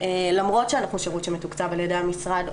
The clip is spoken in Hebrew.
למרות שאנחנו שירות שמתוקצב על ידי המשרד.